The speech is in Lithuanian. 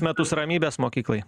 metus ramybės mokyklai